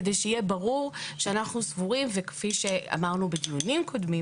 כדי שיהיה ברור שאנחנו סבורים כפי שאמרנו בדיונים קודמים